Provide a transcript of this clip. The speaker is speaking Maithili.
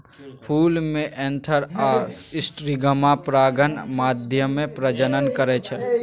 फुल मे एन्थर आ स्टिगमा परागण माध्यमे प्रजनन करय छै